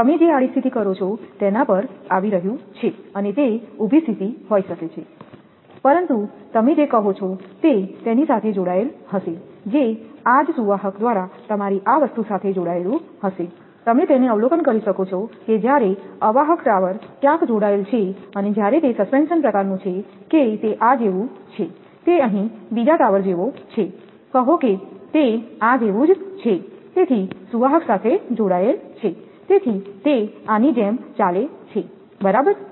તમે જે આડી સ્થિતિ કરો છો તેના પર આવી રહ્યું છે અને તે ઊભી સ્થિતિ હોઈ શકે છે પરંતુ તમે જે કહો છો તે તેની સાથે જોડાયેલ હશે જે આ જ સુવાહક દ્વારા તમારી આ વસ્તુ સાથે જોડાયેલું હશે તમે તેને અવલોકન કરી શકો છો કે જ્યારે અવાહક ટાવર ક્યાંક જોડાયેલ છે અને જ્યારે તે સસ્પેન્શન પ્રકારનું છે કે તે આ જેવું છે તે અહીં બીજા ટાવર જેવો છે કહો કે તે આ જેવું છે તેથી સુવાહક સાથે જોડાયેલ છે તેથી તે આની જેમ ચાલે છે બરાબર